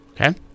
Okay